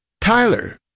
tyler